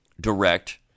direct